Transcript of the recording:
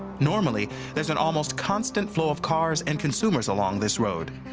normally there's an almost constant flow of cars and consumers along this road.